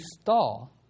stall